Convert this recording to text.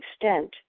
extent